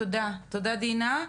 תודה דינה.